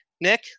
Nick